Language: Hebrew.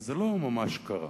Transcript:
וזה לא ממש קרה.